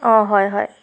অঁ হয় হয়